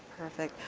perfect,